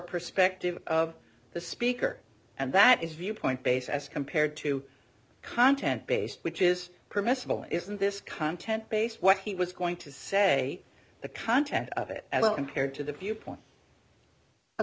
perspective of the speaker and that is viewpoint based as compared to content based which is permissible isn't this content based what he was going to say the content of it as compared to the view point